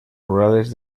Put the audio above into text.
rurales